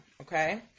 Okay